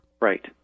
Right